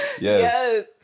Yes